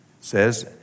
says